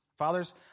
Fathers